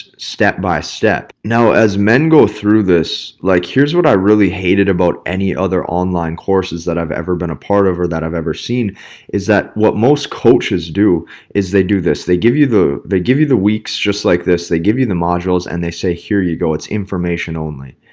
step by step. now as men go through this, like, here's what i really hated about any other online courses that i've ever been a part of, or that i've ever seen is that what most coaches do is they do this, they give you the they give you the weeks just like this, they give you the modules, and they say, here you go. it's information only.